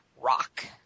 rock